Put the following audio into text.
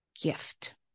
gift